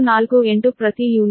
1548 ಪ್ರತಿ ಯೂನಿಟ್